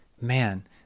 man